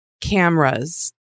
cameras